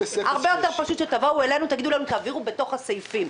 הרבה יותר פשוט שתבואו אלינו ותבקשו שנעביר בתוך הסעיפים.